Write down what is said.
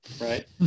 right